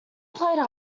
played